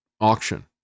auction